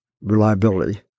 reliability